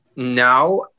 Now